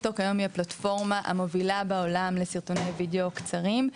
טיקטוק היום היא הפלטפורמה המובילה בעולם לסרטוני וידאו קצרים,